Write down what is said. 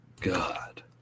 God